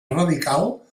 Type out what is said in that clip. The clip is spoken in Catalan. radical